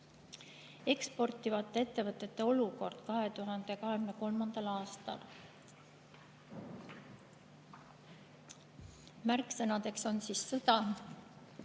eksportivate ettevõtete olukord 2023. aastal. Märksõnadeks on sõda,